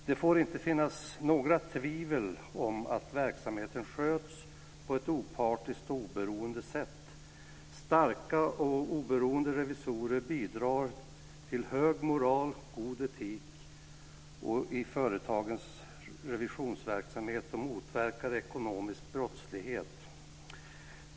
Det får inte finnas några tvivel om att verksamheten sköts på ett opartiskt och oberoende sätt. Starka och oberoende revisorer bidrar till hög moral och god etik i företagens revisionsverksamhet och motverkar ekonomisk brottslighet.